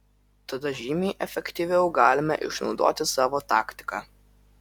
tada žymiai efektyviau galime išnaudoti savo taktiką